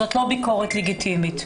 זאת לא ביקורת לגיטימית.